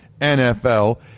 nfl